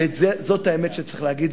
וזאת האמת שצריך להגיד,